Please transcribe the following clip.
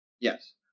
Yes